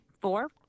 Four